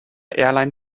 airline